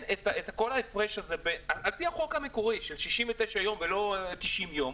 את כל ההפרש הזה על-פי החוק המקורי של 69 יום ולא 90 יום,